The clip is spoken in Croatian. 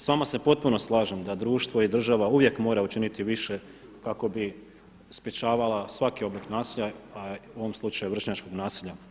S vama se potpuno slažem da društvo i država uvijek mora učiniti više kako bi sprečavala svaki oblik nasilja u ovom slučaju vršnjačkog nasilja.